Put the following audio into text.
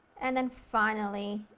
and then finally,